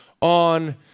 on